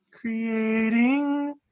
creating